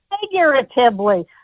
figuratively